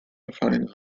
defined